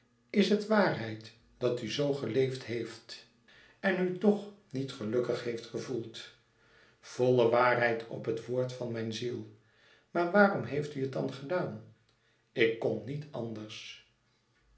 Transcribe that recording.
is het waarheid dat u zoo geleefd heeft en u toch niet gelukkig heeft gevoeld volle waarheid op het woord van mijn ziel maar waarom heeft u het dan gedaan ik kon niet anders